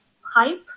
hype